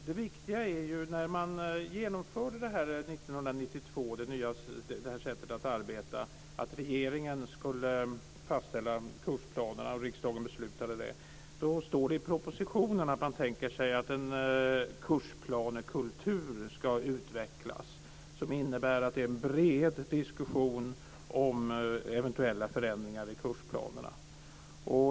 När detta sätt att arbeta genomfördes 1992, att regeringen skulle fastställa kursplanerna och riksdagen beslutade det, stod det i propositionen att man tänker sig att en kursplanekultur ska utvecklas som innebär att det är en bred diskussion om eventuella förändringar i kursplanerna.